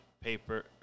paper